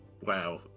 Wow